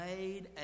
made